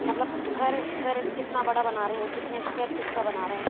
मतलब घर घर कितना बड़ा बना रहे हैं कितने स्क्वायर फीट का बना रहे हैं